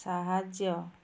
ସାହାଯ୍ୟ